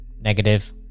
negative